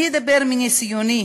אני אדבר מניסיוני